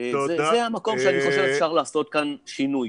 זה המקום שאני חושב שאפשר לעשות כאן שינוי.